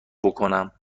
بکنم